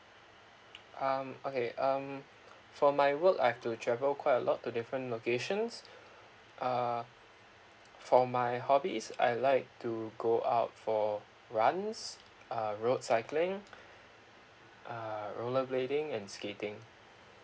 um okay um for my work I've to travel quite a lot to different locations uh for my hobbies I like to go out for runs uh road cycling uh roller skating and skating